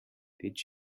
did